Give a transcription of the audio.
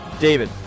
David